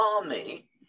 army